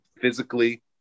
physically